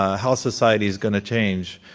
how society is going to change.